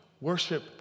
worship